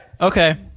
Okay